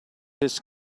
his